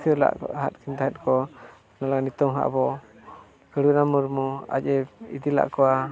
ᱛᱟᱦᱮᱸᱫ ᱠᱤᱱ ᱠᱚ ᱱᱤᱛᱚᱝ ᱦᱚᱸ ᱟᱵᱚ ᱠᱷᱚᱫᱤᱨᱟᱢ ᱢᱩᱨᱢᱩ ᱟᱡ ᱮ ᱤᱫᱤ ᱞᱮᱫ ᱠᱚᱣᱟ